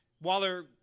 Waller